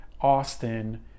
Austin